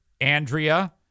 Andrea